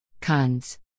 Cons